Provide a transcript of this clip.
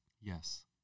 Yes